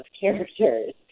characters